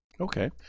okay